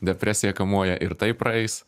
depresija kamuoja ir tai praeis